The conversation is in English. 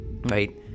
right